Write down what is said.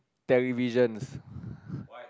televisions